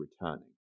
returning